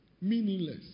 Meaningless